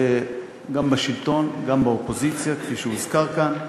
גם בשלטון וגם באופוזיציה, כפי שהוזכר כאן.